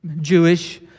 Jewish